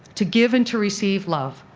to give and to receive love.